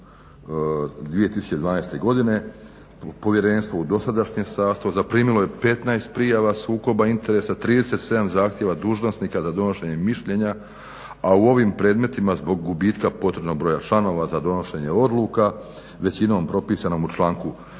2012. godine povjerenstvo u dosadašnjem sastavu zaprimilo je 15 prijava sukoba interesa, 37 zahtjeva dužnosnika za donošenje mišljenja. A u ovim predmetima zbog gubitka potrebnog broja članova za donošenje odluka većinom propisanom u članku